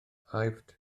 aifft